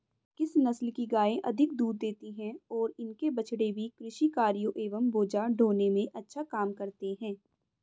किस नस्ल की गायें अधिक दूध देती हैं और इनके बछड़े भी कृषि कार्यों एवं बोझा ढोने में अच्छा काम करते हैं?